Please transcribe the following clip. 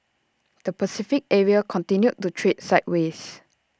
the Pacific area continued to trade sideways